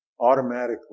automatically